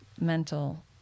mental